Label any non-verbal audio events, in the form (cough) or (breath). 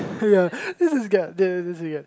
(breath) ya this is get this again